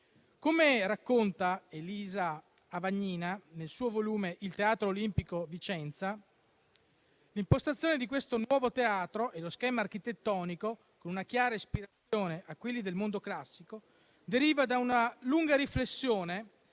Come racconta Elisa Avagnina nel suo volume «The Teatro Olimpico. Vicenza», l'impostazione di questo nuovo teatro e lo schema architettonico, con una chiara ispirazione a quelli del mondo classico, deriva da una lunga riflessione